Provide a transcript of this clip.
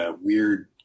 weird